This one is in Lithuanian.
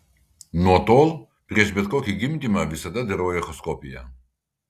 nuo tol prieš bet kokį gimdymą visada darau echoskopiją